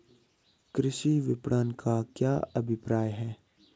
कृषि विपणन का क्या अभिप्राय है?